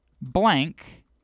blank